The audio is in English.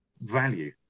value